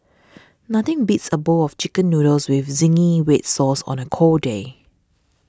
nothing beats a bowl of Chicken Noodles with Zingy Red Sauce on a cold day